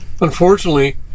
unfortunately